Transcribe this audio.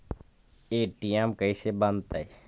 ATM कैसे बनता?